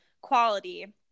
quality